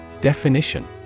Definition